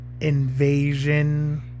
invasion